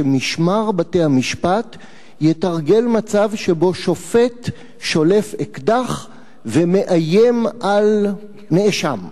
שמשמר בתי-המשפט יתרגל מצב שבו שופט שולף אקדח ומאיים על נאשם?